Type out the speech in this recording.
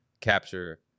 capture